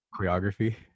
choreography